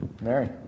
Mary